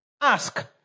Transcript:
Ask